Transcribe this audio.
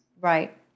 Right